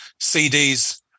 CDs